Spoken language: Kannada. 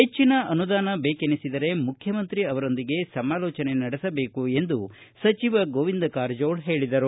ಹೆಚ್ಚಿನ ಅನುದಾನ ಬೇಕೆನಿಸಿದರೆ ಮುಖ್ಯಮಂತ್ರಿ ಅವರೊಂದಿಗೆ ಸಮಾಲೋಚನೆ ನಡೆಸಬೇಕು ಎಂದು ಸಚಿವ ಗೋವಿಂದ ಕಾರಜೋಳ ಹೇಳಿದರು